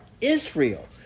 Israel